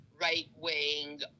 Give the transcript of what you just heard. right-wing